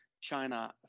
China